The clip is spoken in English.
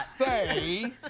say